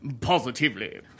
Positively